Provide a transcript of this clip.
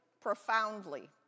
profoundly